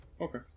Okay